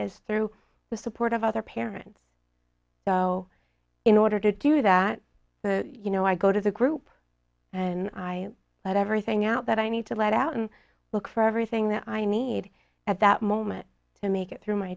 is through the support of other parents so in order to do that you know i go to the group and i let everything out that i need to let out and look for everything that i need at that moment to make it through my